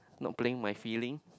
not playing my feeling